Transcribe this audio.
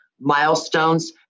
milestones